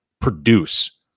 produce